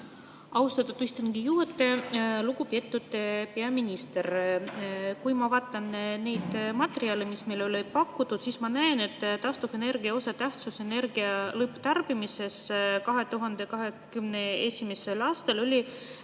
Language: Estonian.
Austatud istungi juhataja! Lugupeetud peaminister! Kui ma vaatan neid materjale, mis meile on pakutud, siis ma näen, et taastuvenergia osatähtsus energia lõpptarbimises 2021. aastal oli